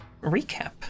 recap